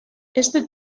este